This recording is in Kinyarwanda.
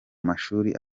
mashuli